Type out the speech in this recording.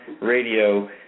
Radio